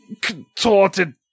contorted